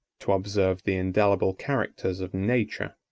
to observe the indelible characters of nature.